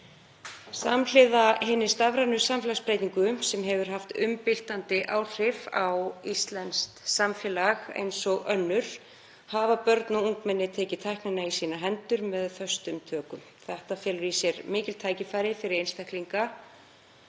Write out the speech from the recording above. Samhliða hinni stafrænu samfélagsbreytingu, sem hefur haft umbyltandi áhrif á íslenskt samfélag eins og önnur, hafa börn og ungmenni tekið tæknina í sínar hendur og það föstum tökum. Það felur í sér mikil tækifæri fyrir einstaklinga